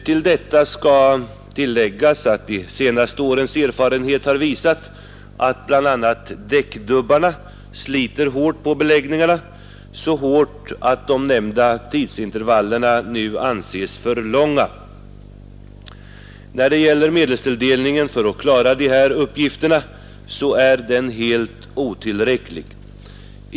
Till detta skall läggas att de senaste årens erfarenhet bl.a. har visat att däckdubbarna sliter hårt på beläggningarna, så hårt att de nämnda tidsintervallerna nu anses för långa. Medelstilldelningen för att klara dessa uppgifter är helt otillräcklig.